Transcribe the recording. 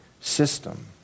system